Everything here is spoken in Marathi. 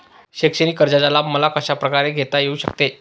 शैक्षणिक कर्जाचा लाभ मला कशाप्रकारे घेता येऊ शकतो?